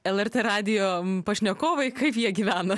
lrt radijo pašnekovai kaip jie gyvena